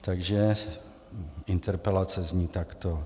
Takže interpelace zní takto: